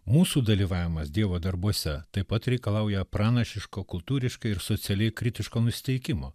mūsų dalyvavimas dievo darbuose taip pat reikalauja pranašiško kultūriškai ir socialiai kritiško nusiteikimo